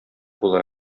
була